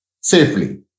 safely